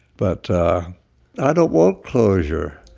but i don't want closure